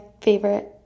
favorite